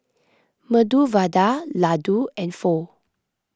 Medu Vada Ladoo and Pho